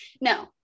no